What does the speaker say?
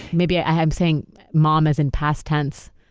maybe i'm saying mom as in past tense,